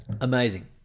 Amazing